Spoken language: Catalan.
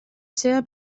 seva